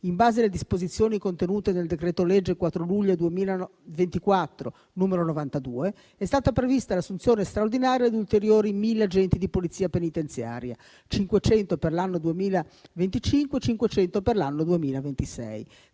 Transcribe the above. in base alle disposizioni contenute nel decreto-legge 4 luglio 2024, n. 92, è stata prevista l'assunzione straordinaria di ulteriori 1.000 agenti di Polizia penitenziaria, 500 per l'anno 2025 e 500 per l'anno 2026.